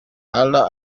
ella